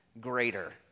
greater